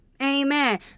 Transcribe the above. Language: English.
Amen